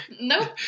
Nope